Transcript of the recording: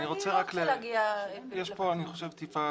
אני חושב שיש פה טיפה